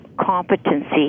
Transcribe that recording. competency